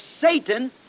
Satan